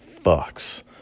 fucks